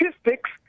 statistics